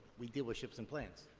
we deal with ships and planes.